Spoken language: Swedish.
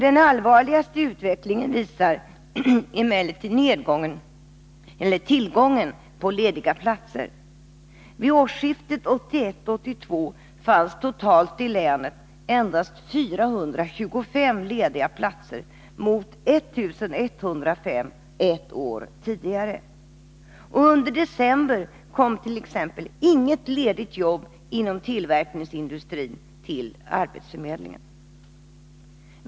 Den allvarligaste utvecklingen visar emellertid tillgången på lediga platser. Vid årsskiftet 1981-1982 fanns totalt i länet endast 425 lediga platser mot 1 105 ett år tidigare. Under t.ex. december anmäldes inget ledigt jobb inom tillverkningsindustrin till arbetsförmedlingen.